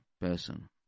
person